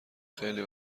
خیلی